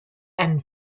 and